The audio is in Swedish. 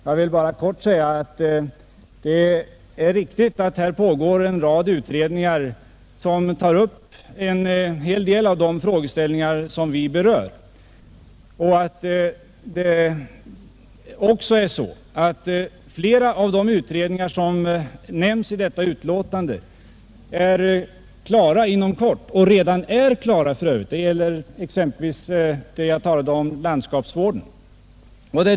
Jag vill bara kort säga att det är riktigt att här pågår en rad utredningar som tar upp en hel del av de frågeställningar som vi berör, och flera av de utredningar som nämns i utlåtandet är redan klara eller blir klara inom kort. Det gäller exempelvis den utredning som sysslat med landskapsvården och som jag tidigare talade om.